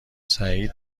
سعید